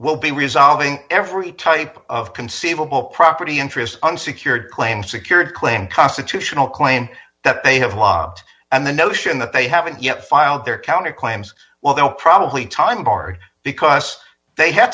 will be resolving every type of conceivable property interest unsecured claim secured claim constitutional claim that they have locked and the notion that they haven't yet filed their county claims well they'll probably timecard because they have